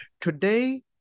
Today